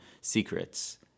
secrets